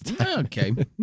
Okay